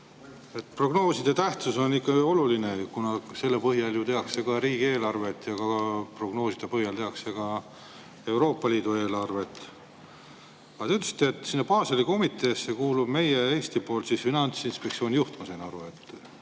Prognooside tähtsus on ikka oluline, kuna nende põhjal ju tehakse ka riigieelarvet, ja prognooside põhjal tehakse ka Euroopa Liidu eelarvet. Aga te ütlesite, et sinna Baseli komiteesse kuulub Eesti poolt Finantsinspektsiooni juht, ma sain aru, või